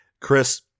Chris